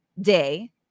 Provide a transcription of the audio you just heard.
day